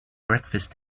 breakfast